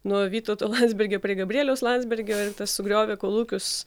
nuo vytauto landsbergio prie gabrieliaus landsbergio ir tas sugriovė kolūkius